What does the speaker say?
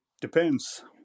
depends